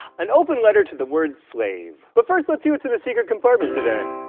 an open letter to the word slave. but first lets see what's in the secret compartment today.